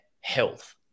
health